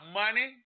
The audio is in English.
money